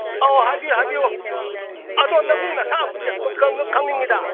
ꯑꯣ ꯍꯥꯏꯕꯤꯌꯨ ꯍꯥꯏꯕꯤꯌꯨ ꯑꯗꯣ ꯅꯃꯤꯡ ꯅꯊꯥ ꯑꯃꯨꯛꯇꯗꯤ ꯈꯪꯅꯤꯡꯏꯗ